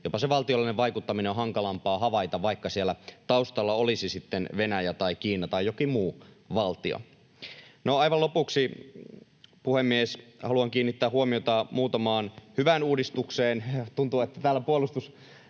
jopa se valtiollinen vaikuttaminen on hankalampaa havaita, vaikka siellä taustalla olisi sitten Venäjä tai Kiina tai jokin muu valtio. No, aivan lopuksi, puhemies, haluan kiinnittää huomiota muutamaan hyvään uudistukseen — tuntuu, että täällä puolustusministeriön